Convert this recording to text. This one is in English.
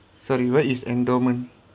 sorry what is endowment